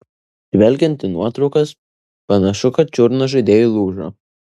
žvelgiant į nuotraukas panašu kad čiurna žaidėjui lūžo